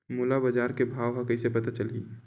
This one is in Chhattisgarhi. मोला बजार के भाव ह कइसे पता चलही?